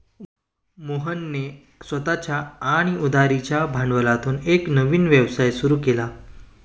मोहनने स्वतःच्या आणि उधारीच्या भांडवलातून एक नवीन व्यवसाय सुरू केला